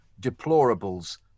deplorables